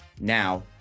now